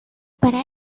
para